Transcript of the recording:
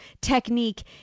technique